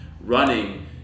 Running